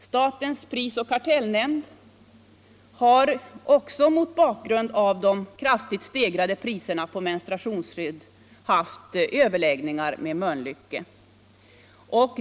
Statens prisoch kartellnämnd har mot bakgrund av de kraftigt stegrade priserna på menstruationsskydd haft överläggningar med Mölnlycke.